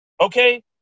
Okay